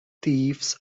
thieves